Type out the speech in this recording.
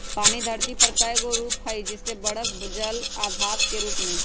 पानी धरती पर कए गो रूप में हई जइसे बरफ जल आ भाप के रूप में